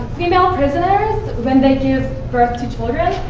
female prisoners, when they give birth to children,